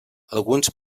alguns